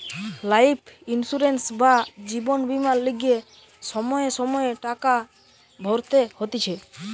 life insurance বা জীবন বীমার লিগে সময়ে সময়ে টাকা ভরতে হতিছে